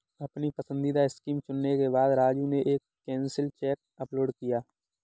अपनी पसंदीदा स्कीम चुनने के बाद राजू ने एक कैंसिल चेक अपलोड किया